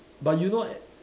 but you not